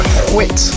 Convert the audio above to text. quit